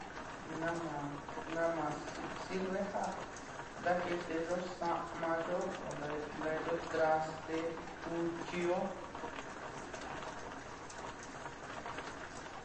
Náma, náma si sirve ja ntaketeyó sámayo ó nta ntaketeyó traste, cuchío.